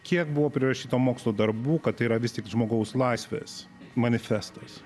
kiek buvo prirašyta mokslo darbų kad tai yra vis tik žmogaus laisvės manifestas